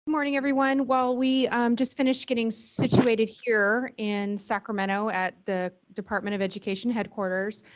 morning everyone. while we just finish getting situated here in sacramento at the department of education headquarters,